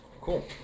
Cool